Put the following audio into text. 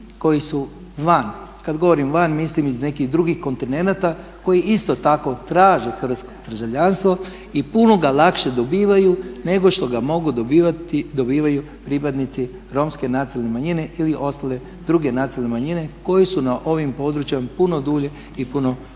koji su van, kad govorim van mislim iz nekih drugih kontinenata koji isto tako traže hrvatsko državljanstvo i puno ga lakše dobivaju nego što ga mogu dobiti pripadnici Romske nacionalne manjine ili ostale druge nacionalne manjine koje su na ovim područjima puno dulje i puno